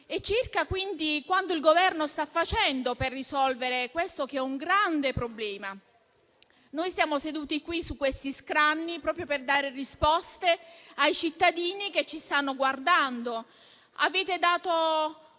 e circa quanto il Governo sta facendo per risolvere questo che è un grande problema. Noi siamo seduti su questi scranni proprio per dare risposte ai cittadini che ci stanno guardando. Avete dato